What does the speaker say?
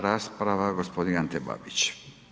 3. rasprava g. Ante Babić.